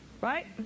right